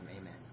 Amen